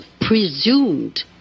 presumed